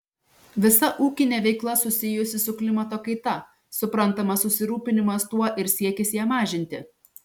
visa ūkinė veikla susijusi su klimato kaita suprantamas susirūpinimas tuo ir siekis ją mažinti